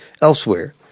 elsewhere